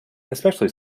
especially